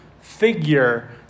figure